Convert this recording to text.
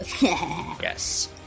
Yes